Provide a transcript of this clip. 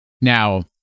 Now